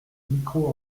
micro